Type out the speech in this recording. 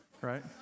right